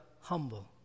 humble